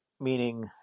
meaning